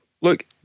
Look